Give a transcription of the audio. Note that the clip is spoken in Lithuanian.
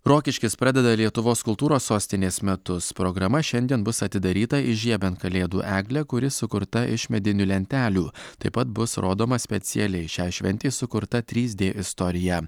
rokiškis pradeda lietuvos kultūros sostinės metus programa šiandien bus atidaryta įžiebiant kalėdų eglę kuri sukurta iš medinių lentelių taip pat bus rodoma specialiai šiai šventei sukurta trys dė istorija